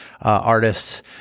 artists